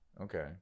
Okay